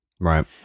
Right